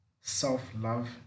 self-love